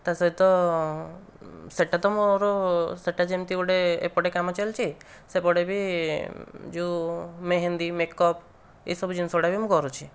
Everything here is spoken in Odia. ତା ସହିତ ସେଇଟା ତ ମୋର ସେଇଟା ଯେମିତି ଗୋଟିଏ ଏପଟେ କାମ ଚାଲିଛି ସେପଟେ ବି ଯେଉଁ ମେହେନ୍ଦି ମେକପ୍ ଏସବୁ ଜିନିଷଗୁଡ଼ାକ ବି ମୁଁ କରୁଛି